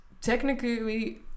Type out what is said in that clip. technically